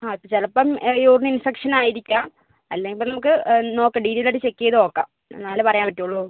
ആ അത് ചിലപ്പം യൂറിൻ ഇൻഫെക്ഷൻ ആയിരിക്കാം അല്ലെൽ ഇപ്പം നമുക്ക് നോക്കാം ഡീറ്റെയിൽ ആയിട്ട് ചെക്ക് ചെയ്ത് നോക്കാം എന്നാലെ പറയാൻ പറ്റുകയുള്ളു